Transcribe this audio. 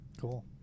Cool